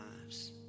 lives